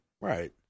Right